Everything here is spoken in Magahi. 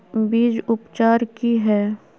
बीज उपचार कि हैय?